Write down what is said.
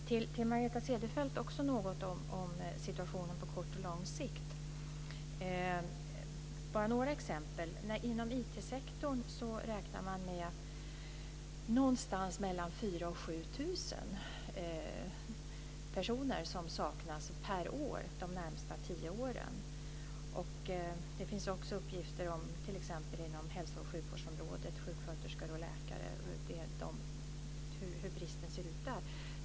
Till Margareta Cederfelt vill jag säga något om situationen på kort och lång sikt. Jag ska ge några exempel. Inom IT-sektorn räknar man med att det saknas någonstans mellan 4 000 och 7 000 personer per år de närmsta tio åren. Det finns också uppgifter från t.ex. hälso och sjukvårdsområdet - sjuksköterskor och läkare - om hur bristen där ser ut.